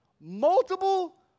multiple